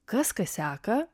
kas ką seka